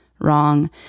wrong